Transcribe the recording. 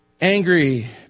angry